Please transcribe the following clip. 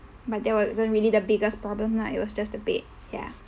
but that wasn't really the biggest problem lah it was just the bed ya